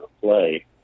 play